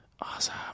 Awesome